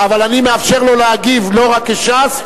אבל אני מאפשר לו להגיב לא רק כש"ס,